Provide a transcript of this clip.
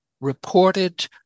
reported